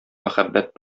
мәхәббәт